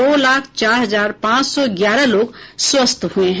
दो लाख चार हजार पांच सौ ग्यारह लोग स्वस्थ हुए हैं